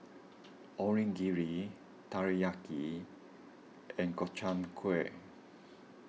Onigiri Teriyaki and Gobchang Gui